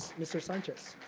mr. sanchez.